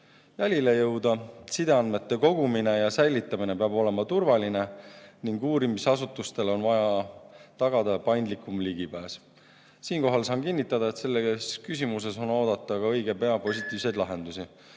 jälile jõuda. Sideandmete kogumine ja säilitamine peab olema turvaline ning uurimisasutustele on vaja tagada paindlikum ligipääs. Siinkohal saan kinnitada, et selles küsimuses on oodata ka õige pea positiivseid lahendusi.